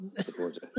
supporter